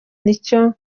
n’icyo